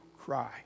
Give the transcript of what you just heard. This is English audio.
cry